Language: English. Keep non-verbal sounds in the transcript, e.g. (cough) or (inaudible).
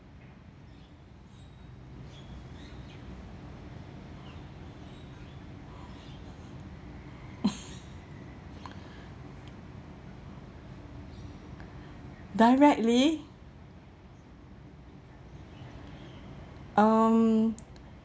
(laughs) directly um